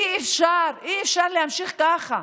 אי-אפשר, אי-אפשר להמשיך ככה.